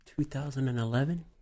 2011